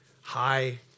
high